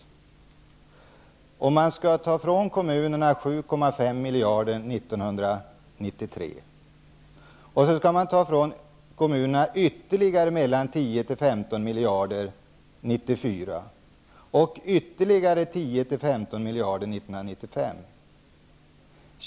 Avsikten är nu att ta ifrån kommunerna 7,5 miljarder 1993, ytterligare 10-15 miljarder 1994 och sedan ytterligare 10-15 miljarder 1995.